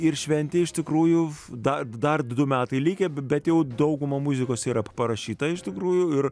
ir šventė iš tikrųjų dar dar du metai likę bet jau dauguma muzikos yra parašyta iš tikrųjų ir